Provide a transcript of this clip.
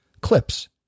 clips